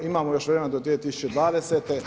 Imamo još vremena do 2020.